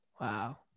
Wow